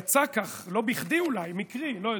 יצא כך, לא בכדי, אולי מקרי, לא יודע,